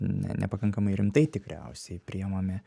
ne nepakankamai rimtai tikriausiai priimame